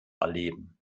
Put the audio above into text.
erleben